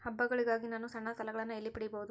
ಹಬ್ಬಗಳಿಗಾಗಿ ನಾನು ಸಣ್ಣ ಸಾಲಗಳನ್ನು ಎಲ್ಲಿ ಪಡಿಬಹುದು?